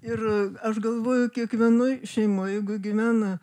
ir aš galvoju kiekvienoj šeimoj jeigu gyvena